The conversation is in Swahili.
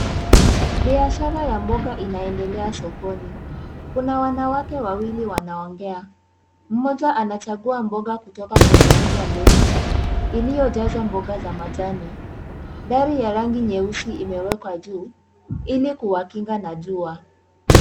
Biashara ya mboga inaendelea sokoni. Kuna wanawake wawili wanaongea. Mmoja anachagua mboga kutoka kwenye meza ndefu iliyojazwa mboga za majani. Dari ya rangi nyeusi imewekwa juu ili kuwakinga na jua.